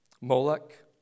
Moloch